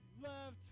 left